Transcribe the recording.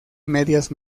medias